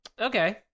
Okay